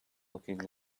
looking